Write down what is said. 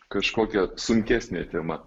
kažkokia sunkesnė tema